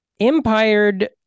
Empired